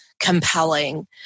compelling